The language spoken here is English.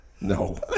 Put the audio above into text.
No